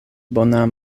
bona